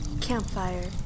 Campfire